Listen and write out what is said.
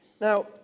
Now